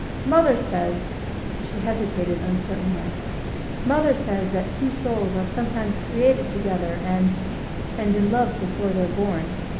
mother says she hesitated uncertainly mother says that two souls are sometimes created together and and in love before they're born.